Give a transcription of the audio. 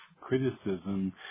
criticism